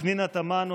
פנינה תמנו,